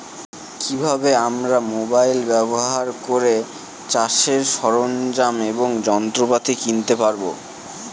কি ভাবে আমরা মোবাইল ব্যাবহার করে চাষের সরঞ্জাম এবং যন্ত্রপাতি কিনতে পারবো?